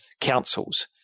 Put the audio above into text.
councils